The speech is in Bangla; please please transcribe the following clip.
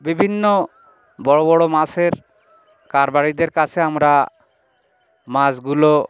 বিভিন্ন বড়ো বড়ো মাছের কারবারিদের কাছে আমরা মাছগুলো